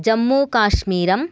Jammu काश्मीरम्